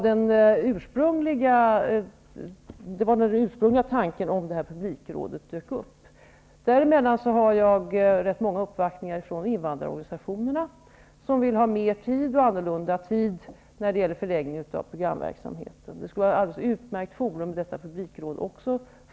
Det var den ursprungliga tanken bakom detta publikråd. Däremellan har jag fått rätt många uppvaktningar från invandrarorganisationerna. De vill ha mer och annorlunda tid när det gäller förläggning av programverksamheten. Publikrådet skulle vara ett alldeles utmärkt forum också för detta.